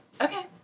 Okay